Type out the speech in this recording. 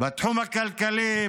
בתחום הכלכלי,